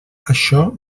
això